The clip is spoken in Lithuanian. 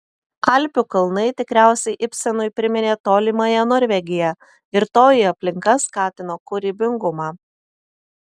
alpių kalnai tikriausiai ibsenui priminė tolimąją norvegiją ir toji aplinka skatino kūrybingumą